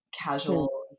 casual